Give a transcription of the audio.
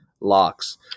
locks